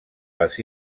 les